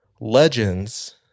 Legends